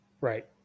Right